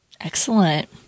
Excellent